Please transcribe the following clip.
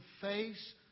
face